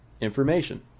information